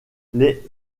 les